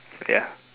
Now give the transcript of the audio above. ya